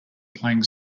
playing